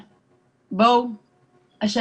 אנחנו נקבל נשים שהן בחרדה,